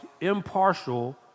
impartial